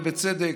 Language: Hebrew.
ובצדק,